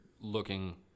looking